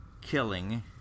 killing